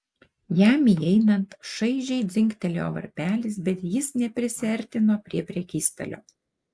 jam įeinant šaižiai dzingtelėjo varpelis bet jis neprisiartino prie prekystalio